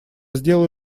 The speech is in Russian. сделаю